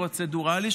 פרוצדורלי,